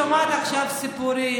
אנשים, אני שומעת עכשיו סיפורים.